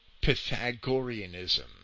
Pythagoreanism